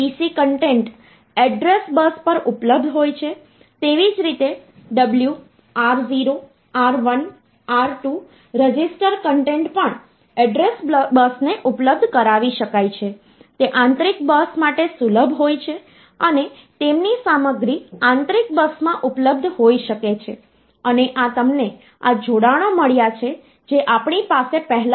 PC content address bus પર ઉપલબ્ધ હોય છે તેવી જ રીતે W R0 R1 R2 register content પણ એડ્રેસ બસને ઉપલબ્ધ કરાવી શકાય છે તે આંતરિક બસ માટે સુલભ હોય છે અને તેમની સામગ્રી આંતરિક બસમાં ઉપલબ્ધ હોઈ શકે છે અને આ તમને આ જોડાણો મળ્યા છે જે આપણી પાસે પહેલા હતા